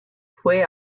fue